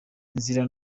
inzira